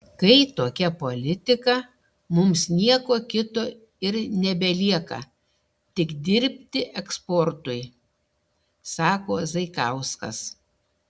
kai tokia politika mums nieko kito ir nebelieka tik dirbti eksportui sako zaikauskas